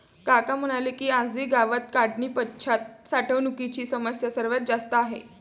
काका म्हणाले की, आजही गावात काढणीपश्चात साठवणुकीची समस्या सर्वात जास्त आहे